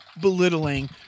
belittling